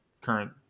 current